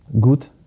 good